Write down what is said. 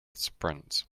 sprints